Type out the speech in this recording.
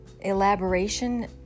elaboration